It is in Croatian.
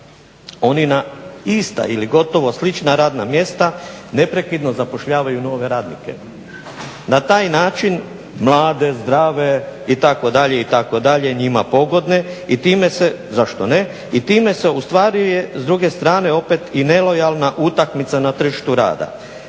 oni na ista ili gotovo slična radna mjesta neprekidno zapošljavaju nove radnike na taj način mlade, zdrave itd., itd., njima pogodne, zašto ne. Time se ostvaruje s druge strane opet i nelojalna utakmica na tržištu rada.